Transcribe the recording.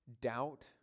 doubt